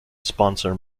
sponsor